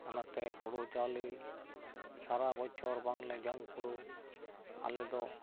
ᱚᱱᱟᱛᱮ ᱦᱳᱲᱳ ᱪᱟᱣᱞᱮ ᱥᱟᱨᱟ ᱵᱚᱪᱷᱚᱨ ᱵᱟᱝ ᱞᱮ ᱡᱚᱢ ᱠᱩᱲᱟᱹᱣ ᱟᱞᱮ ᱫᱚ